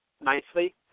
nicely